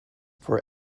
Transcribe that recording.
for